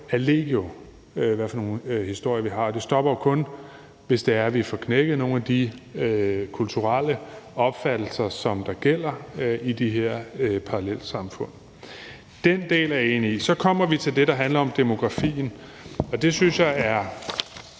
legio, hvad for nogle historier vi har, og det stopper jo kun, hvis vi får knækket nogle af de kulturelle opfattelser, der gælder i de her parallelsamfund. Den del er jeg enig i. Så kommer vi for det andet til det, der handler om demografien, og det synes jeg er